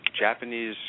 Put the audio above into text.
Japanese